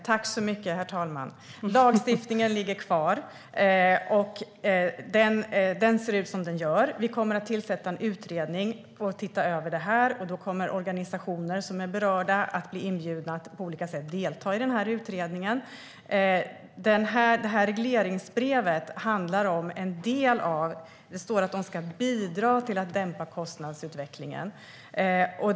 Herr talman! Lagstiftningen ligger kvar, och den ser ut som den gör. Vi kommer att tillsätta en utredning och se över detta, och då kommer berörda organisationer att bli inbjudna att delta på olika sätt i utredningen. I regleringsbrevet står att de ska bidra till att dämpa kostnadsutvecklingen.